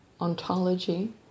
ontology